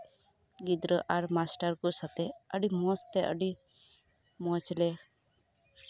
ᱜᱤᱫᱽᱨᱟᱹ ᱟᱨ ᱢᱟᱴᱟᱨ ᱠᱚ ᱥᱟᱛᱮᱜ ᱟᱹᱰᱤ ᱢᱚᱸᱡ ᱛᱮ ᱟᱹᱰᱤ ᱢᱚᱸᱡ ᱞᱮ